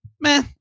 meh